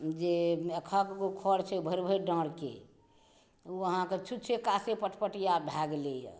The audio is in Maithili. जे एकहक गो खढ़ छै भरि भरि डाँरके ओ अहाँके छुच्छे कासे पटपटिया भए गेलैए